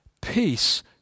Peace